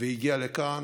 והגיע לכאן,